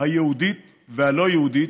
היהודית והלא-יהודית,